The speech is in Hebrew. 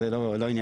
זה לא ענייני.